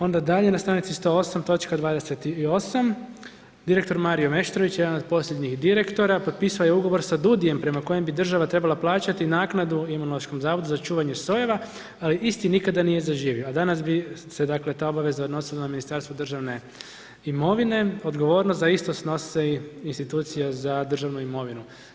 Onda dalje na stranici 108, točka 28., direktor Mario Meštrović, jedan od posljednjih direktora, potpisao je ugovor sa DUUDI-jem prema kojem bi država trebala plaćati naknadu Imunološkom zavodu za čuvanje sojeva, ali isti nikada nije zaživio a danas bi se ta obaveza odnosila na Ministarstvo državne imovine, odgovornost za isto snosi i Institucija za državnu imovinu.